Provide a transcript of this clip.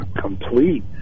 complete